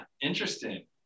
Interesting